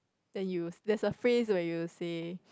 then you there's a phrase when you say